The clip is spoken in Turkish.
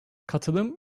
katılım